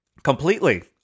Completely